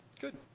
good